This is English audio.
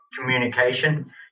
communication